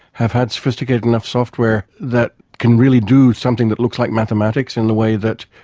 have had sophisticated enough software that can really do something that looks like mathematics in the way that,